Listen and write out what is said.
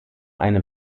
eine